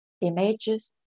images